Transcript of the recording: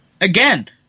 again